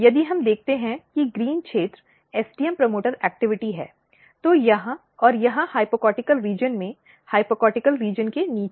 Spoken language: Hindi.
यदि हम देखते हैं कि ग्रीन क्षेत्र एसटीएम प्रवर्तक गतिविधि है तो यहाँ या यहाँ हाइपोकोटिल क्षेत्र में हाइपोकोटिल क्षेत्र के नीचे